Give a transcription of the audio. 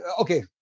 okay